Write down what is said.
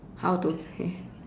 how to play